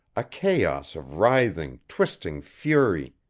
a chaos of writhing, twisting fury,